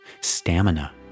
Stamina